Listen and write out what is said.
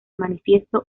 manifiesto